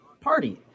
party